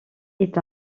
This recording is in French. est